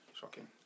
Shocking